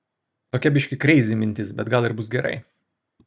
tokia biškį kreizi mintis bet gal ir bus gerai